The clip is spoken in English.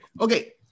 Okay